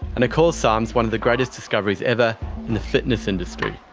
and it calls sarms one of the greatest discoveries ever in the fitness industry.